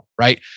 right